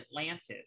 Atlantis